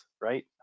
right